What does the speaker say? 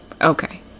Okay